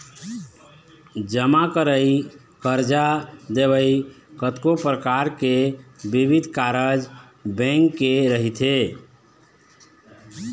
जमा करई, करजा देवई, कतको परकार के बिबिध कारज बेंक के रहिथे